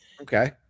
Okay